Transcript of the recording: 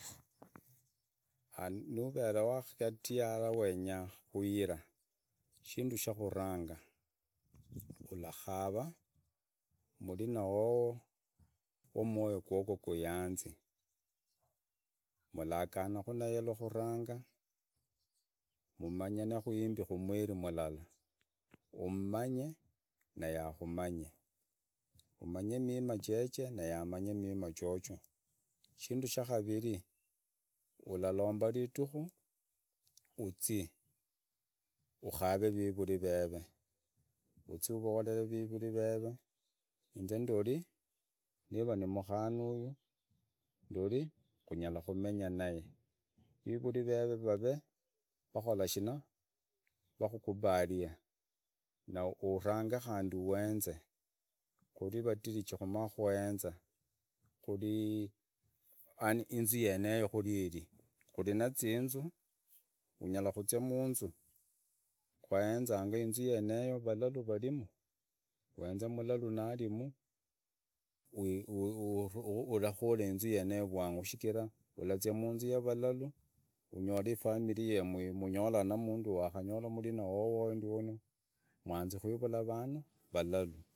Vikuria yiri unyarakara za na shikuria shosho nishirai uguri shikuria shosho but shihuria yishi shingara kuhuretera magoso mumuriri niva uragura shikuria uzee ushiderie uogizee shikuria shenesho tawe ururizi musogoni nuvugura shikuria nuvina kumaiga shihuria yishi shirahurerera maluale ulalwala niva niinda niva niinda ihurumanga urarumikira mang’ondo kuitiba musintarialafu shihuria yishi unyaramunyola uzire mwiduka yomo madimu manyishi shayoneneria navuchira kuenza itaree yahulobwa shihuria shenesho yiwe shuwenzi tawe uvuhule za shihulia shenesho nuramumaiga nuwaanza kudeha wagavura shihuri shahaanza huruma vana muzindaa shakaanza huhurerela mathira magosa mumuriri zinda zyahanza kuruma vana gabida khandi uvule havana uvahire musivitari vakhole shina vazi kutibirwa shichira ni shikuria shudeni shirishichafu alafu shihuria uyeyuhane za vwangu rwangu shigire tawe uwere vana shiravera khandi magoro kumbiracha vana unyore khandi vana rakarwara vaveree vang’au shigira shihuria shuvade heranga nishidamanu, shirio mnyanyira hala mumoloma kumakuva gamaendeleo.